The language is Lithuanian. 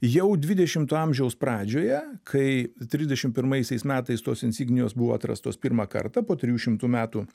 jau dvidešimto amžiaus pradžioje kai trisdešimt pirmaisiais metais tos insignijos buvo atrastos pirmą kartą po trijų šimtų metų